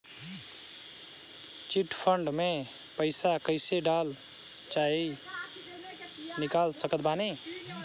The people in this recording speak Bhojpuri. चिट फंड मे पईसा कईसे डाल चाहे निकाल सकत बानी?